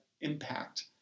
impact